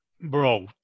Bro